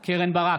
ברק,